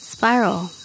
Spiral